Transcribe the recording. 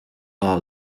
are